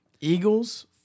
Eagles